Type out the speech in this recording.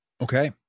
Okay